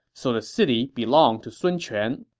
so the city belonged to sun quan.